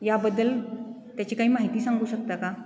याबद्दल त्याची काही माहिती सांगू शकता का